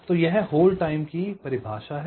तो यह hold time की यह परिभाषा है